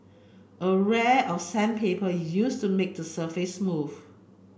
a of sandpaper used to make the surface smooth